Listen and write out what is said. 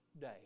day